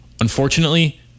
Unfortunately